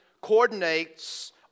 coordinates